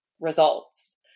results